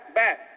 back